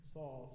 Saul